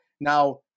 now